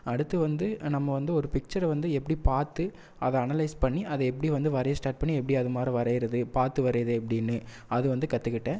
அடுத்து வந்து நம்ம வந்து ஒரு பிச்சரை வந்து எப்படி பார்த்து அதை அனலைஸ் பண்ணி அதை எப்படி வந்து வரைய ஸ்டாட் பண்ணி எப்படி அதுமாதிரி வரைகிறது பார்த்து வரைகிறது எப்படின்னு அது வந்து கற்றுக்கிட்டேன்